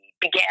began